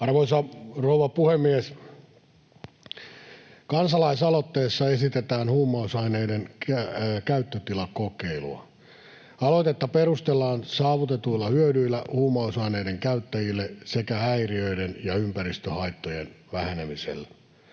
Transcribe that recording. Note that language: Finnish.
Arvoisa rouva puhemies! Kansalaisaloitteessa esitetään huumausaineiden käyttötilakokeilua. Aloitetta perustellaan saavutetuilla hyödyillä huumausaineiden käyttäjille sekä häiriöiden ja ympäristöhaittojen vähenemisellä.